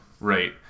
Right